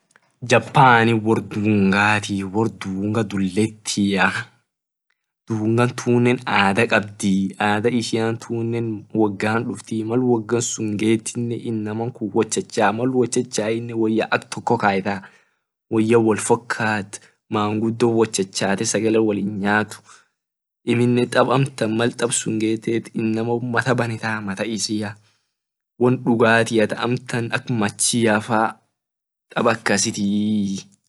Japani wor dungatii dunga duleti dungan tunne adha kabdii adha ishian tunne wogan duftii mal woga sun getine inama sun wot chachaa woya ak toko kayetaa woya wol fokat mangudo wot chachate sagale wot nyat amine tab amtan mal tab sun get mata baneta won dugatiaafi ak machia won akasitii.